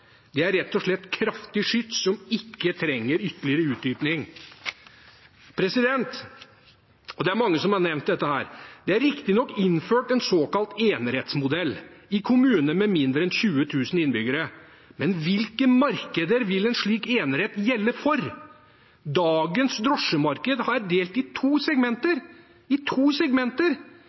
Det er rett og slett kraftig skyts, som ikke trenger ytterligere utdypning. Det er mange som har nevnt dette. Det er riktignok innført en såkalt enerettsmodell i kommuner med mindre enn 20 000 innbyggere, men hvilke markeder vil en slik enerett gjelde for? Dagens drosjemarked er delt i to segmenter.